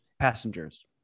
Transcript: Passengers